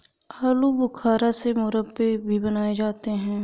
आलू बुखारा से मुरब्बे भी बनाए जाते हैं